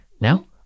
Now